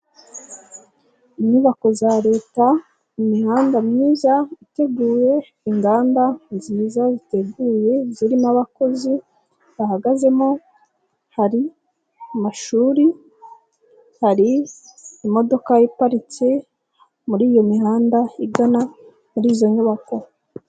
Inyubako za Leta, imihanda myiza iteguye, inganda nziza ziteguye zirimo abakozi bahagazemo, hari amashuri, hari imodoka iparitse muri iyo mihanda igana muri izo nyubako.